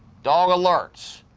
dog alerts.